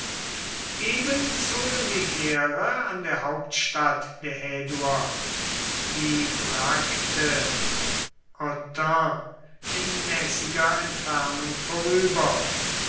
eben zogen die heere an der hauptstadt der häduer bibracte autun in mäßiger entfernung vorüber